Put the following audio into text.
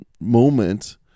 moment